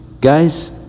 Guys